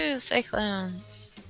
Cyclones